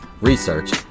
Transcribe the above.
research